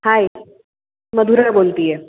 हाय मधुरा बोलते आहे